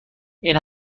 این